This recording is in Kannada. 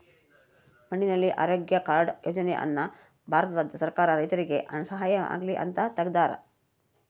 ಮಣ್ಣಿನ ಆರೋಗ್ಯ ಕಾರ್ಡ್ ಯೋಜನೆ ಅನ್ನ ಭಾರತ ಸರ್ಕಾರ ರೈತರಿಗೆ ಸಹಾಯ ಆಗ್ಲಿ ಅಂತ ತೆಗ್ದಾರ